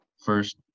first